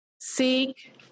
seek